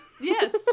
Yes